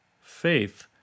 faith